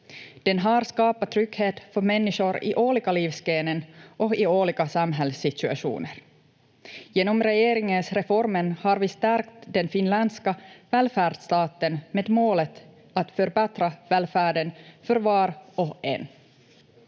Den har skapat trygghet för människor i olika livsskeden och i olika samhällssituationer. Genom regeringens reformer har vi stärkt den finländska välfärdsstaten med målet att förbättra välfärden för var och en.